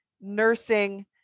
nursing